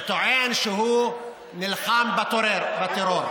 וטוען שהוא נלחם בטרור.